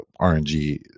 RNG